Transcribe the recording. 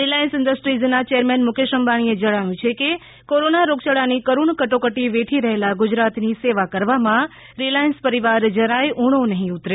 Reliance ઇન્ડસ્ટ્રીઝના chairman Mukesh અંબાણીએ જણાવ્યુ છે કે કોરોના રોગયાળાની કરૂણ કટોકટી વેઠી રહેલા ગુજરાતની સેવા કરવામાં રીલાયન્સ પરિવાર જરાય ઉણો નહીં ઉતરે